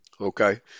Okay